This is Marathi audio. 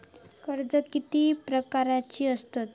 कर्जा किती प्रकारची आसतत